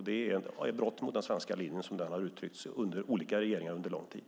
Det är ett brott mot den svenska linjen som den har uttryckts under olika regeringar under lång tid.